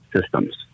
systems